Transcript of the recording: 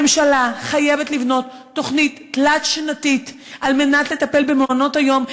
הממשלה חייבת לבנות תוכנית תלת-שנתית על מנת לטפל במעונות היום,